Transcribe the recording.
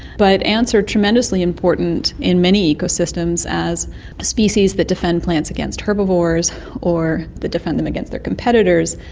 but ants are tremendously important in many ecosystems as species that defend plants against herbivores or that defend them against their competitors.